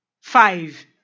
five